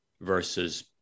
versus